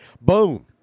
Boom